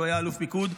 כשהוא היה אלוף פיקוד,